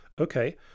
Okay